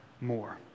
more